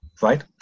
right